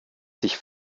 sich